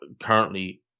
currently